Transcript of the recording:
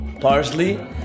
parsley